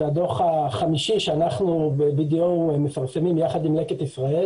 זה הדוח החמישי שאנחנו ב-BDO מפרסמים יחד עם לקט ישראל